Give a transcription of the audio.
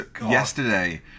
Yesterday